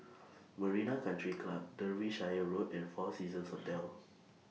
Marina Country Club Derbyshire Road and four Seasons Hotel